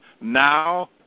now